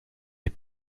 des